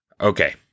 Okay